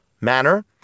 manner